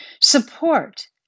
Support